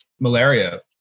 malaria